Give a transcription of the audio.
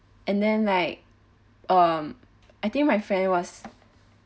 and then like um I think my friend was